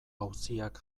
auziak